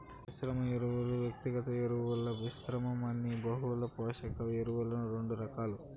మిశ్రమ ఎరువులు, వ్యక్తిగత ఎరువుల మిశ్రమం అని బహుళ పోషక ఎరువులు రెండు రకాలు